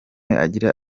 agira